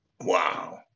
Wow